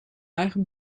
eigen